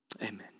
amen